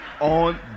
on